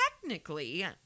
technically